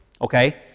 okay